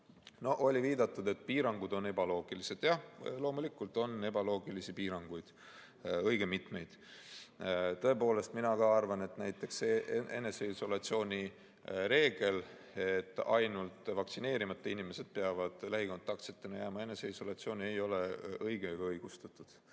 pinnalt. Viidati, et piirangud on ebaloogilised. Jah, loomulikult on ebaloogilisi piiranguid, neid on õige mitu. Tõepoolest, minagi arvan, et näiteks eneseisolatsiooni reegel, et ainult vaktsineerimata inimesed peavad lähikontaktsetena jääma eneseisolatsiooni, ei ole õige ega õigustatud.